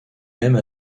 même